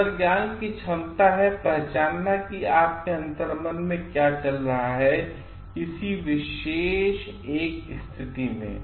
अंतर्ज्ञान की क्षमता हैपहचानना कि आपके अंतर्मन में क्या चल रहा है किसी विशेष एक स्थिति में